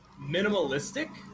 minimalistic